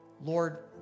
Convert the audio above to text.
Lord